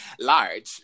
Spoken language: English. large